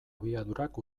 abiadurak